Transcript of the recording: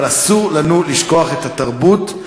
אבל אסור לנו לשכוח את התרבות.